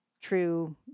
true